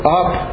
up